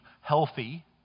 healthy